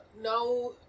Now